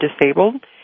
Disabled